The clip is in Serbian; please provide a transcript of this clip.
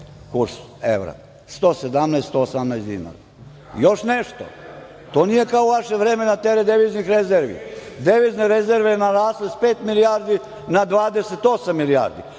117, 118 dinara. Još nešto, to nije kao u vaše vreme na teret deviznih rezervi. Devizne rezerve su narasle s pet milijardi na 28 milijardi,